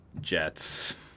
Jets